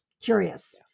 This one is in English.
curious